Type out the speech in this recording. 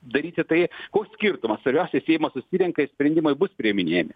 daryti tai koks skirtumas svarbiausia seimas susirenka ir sprendimai bus priiminėjami